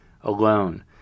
alone